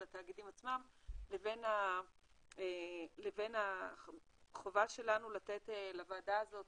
התאגידים עצמם לבין החובה שלנו לתת לוועדה הזאת,